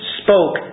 spoke